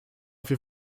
wir